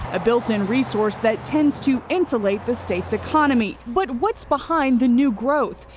a built in resource that tends to insulate the state's economy. but what's behind the new growth?